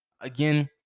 Again